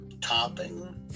topping